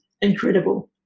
incredible